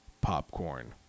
popcorn